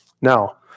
Now